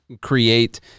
create